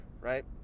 Right